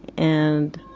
and